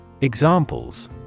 Examples